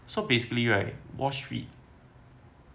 so basically right wall street